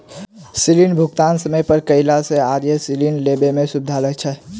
ऋण भुगतान समय पर कयला सॅ आगाँ ऋण लेबय मे सुबिधा रहैत छै